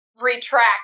retract